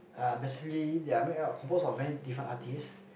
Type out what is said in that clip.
uh basically they are made up composed of many different artists